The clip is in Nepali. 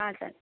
हजुर